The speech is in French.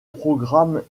programme